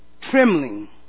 trembling